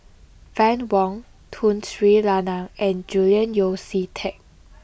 Fann Wong Tun Sri Lanang and Julian Yeo See Teck